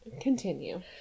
continue